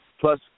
Plus